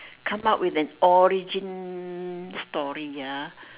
come up with an origin story ah